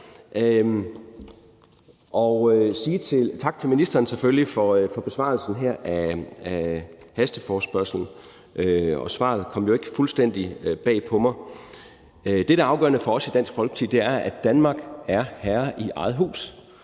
tak til ministeren, selvfølgelig, for besvarelsen her af hasteforespørgslen; svaret kom jo ikke fuldstændig bag på mig. Det, der er afgørende for os i Dansk Folkeparti, er, at Danmark er herre i eget hus,